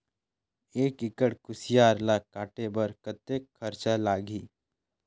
एक एकड़ कुसियार ल काटे बर कतेक खरचा लगही?